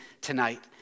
tonight